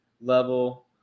level